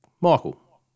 Michael